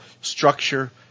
structure